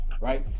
right